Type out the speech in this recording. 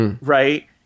right